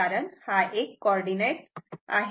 कारण हा एक कॉर्डीनेट आहे